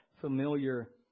Familiar